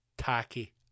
tacky